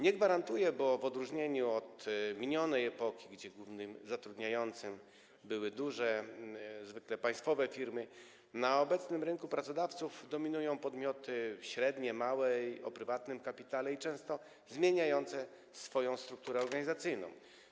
Nie gwarantuje, bo w odróżnieniu od minionej epoki, kiedy głównym zatrudniającym były duże, zwykle państwowe firmy, na obecnym rynku pracodawców dominują podmioty średnie, małe, o prywatnym kapitale i często zmieniające swoją strukturę organizacyjną.